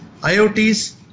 IOTs